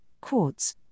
quartz